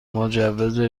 مجوز